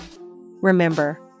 Remember